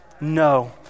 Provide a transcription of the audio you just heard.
No